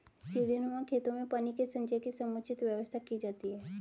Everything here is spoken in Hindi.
सीढ़ीनुमा खेतों में पानी के संचय की समुचित व्यवस्था की जाती है